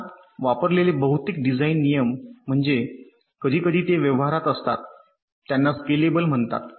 आता वापरलेले बहुतेक डिझाइन नियम म्हणजे कधीकधी ते व्यवहारात असतात त्यांना स्केलेबल म्हणतात